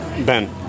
Ben